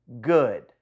good